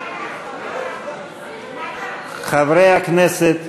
חברי הכנסת,